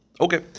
Okay